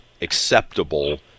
acceptable